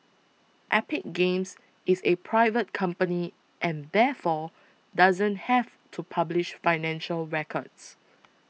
Epic Games is a private company and therefore doesn't have to publish financial records